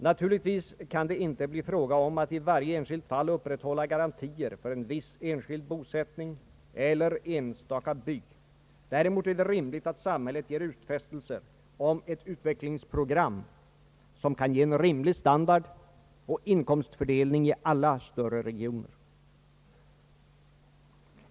Naturligtvis kan det inte bli fråga om att i varje enskilt fall upprätthålla garantier för en viss enskild bosättning eller enstaka by. Däremot är det rimligt att samhället ger utfästelser om ett utvecklingsprogram, som kan ge en rimlig standard och inkomstfördelning i alla större regioner.